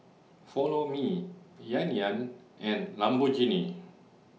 Follow Me Yan Yan and Lamborghini